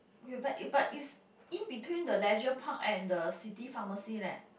you but it but is in between the leisure park and the city pharmacy leh